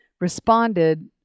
responded